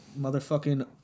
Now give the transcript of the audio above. Motherfucking